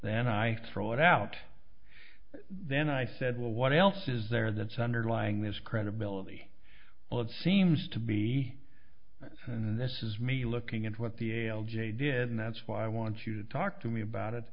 then i throw it out then i said well what else is there that's underlying this credibility well it seems to be and this is me looking at what the l j did and that's why i want you to talk to me about it